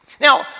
Now